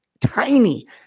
tiny